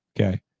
okay